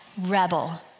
rebel